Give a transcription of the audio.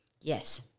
Yes